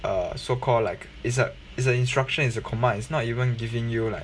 err so called like it's a it's a instruction it's a command it's not even giving you like